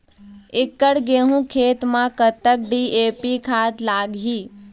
एकड़ गेहूं खेत म कतक डी.ए.पी खाद लाग ही?